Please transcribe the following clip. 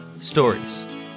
stories